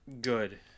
good